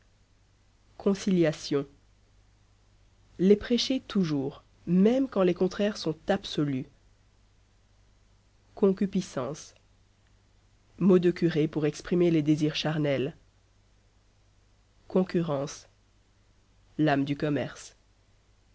conciliation les prêcher toujours même quand les contraires sont absolus concupiscence mot de curé pour exprimer les désirs charnels concurrence l'âme du commerce